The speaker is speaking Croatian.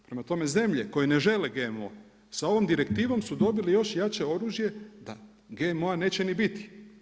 Prema tome, zemlje koje ne žele GMO, sa ovom direktivom su dobile još jače oružje da GMO neće ni biti.